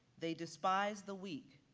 they despise the weak,